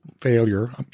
failure